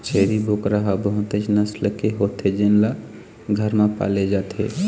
छेरी बोकरा ह बहुतेच नसल के होथे जेन ल घर म पाले जाथे